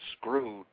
screwed